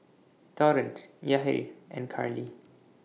Torrence Yahir and Carly